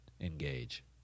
engage